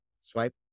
Swipe